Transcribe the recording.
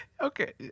Okay